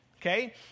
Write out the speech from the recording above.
Okay